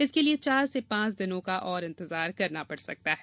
इसके लिए चार से पांच दिन और इंतजार करना पड़ सकता है